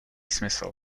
smysl